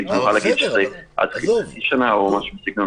נוכל להגיד שזה עד חצי שנה או משהו בסגנון